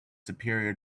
superior